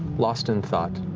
lost in thought.